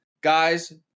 guys